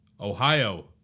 Ohio